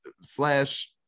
slash